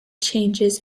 changes